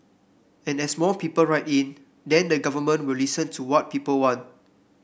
and as more people write in then the government will listen to what people want